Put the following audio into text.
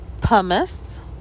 pumice